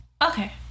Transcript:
okay